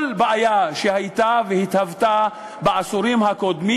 בעיה שהייתה והתהוותה בעשורים הקודמים.